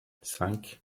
cinq